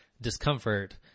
discomfort